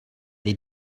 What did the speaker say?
they